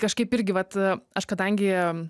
kažkaip irgi vat aš kadangi